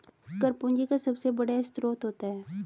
कर पूंजी का सबसे बढ़िया स्रोत होता है